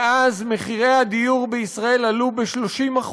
מאז מחירי הדיור בישראל עלו ב-30%.